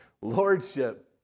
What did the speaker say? lordship